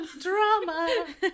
Drama